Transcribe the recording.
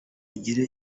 ugire